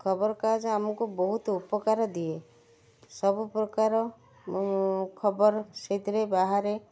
ଖବର କାଗଜ ଆମକୁ ବହୁତ ଉପକାର ଦିଏ ସବୁପ୍ରକାର ଖବର ସେଥିରେ ବାହାରେ